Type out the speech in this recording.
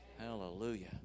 Hallelujah